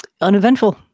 Uneventful